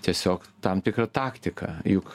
tiesiog tam tikra taktika juk